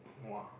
nua